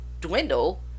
dwindle